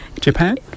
japan